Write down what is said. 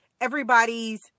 everybody's